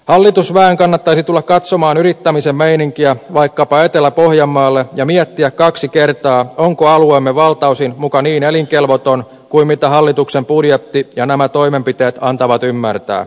hallitusväen kannattaisi tulla katsomaan yrittämisen meininkiä vaikkapa etelä pohjanmaalle ja miettiä kaksi kertaa onko alueemme valtaosin muka niin elinkelvoton kuin mitä hallituksen budjetti ja nämä toimenpiteet antavat ymmärtää